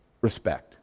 respect